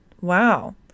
wow